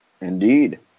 Indeed